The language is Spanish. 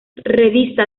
revista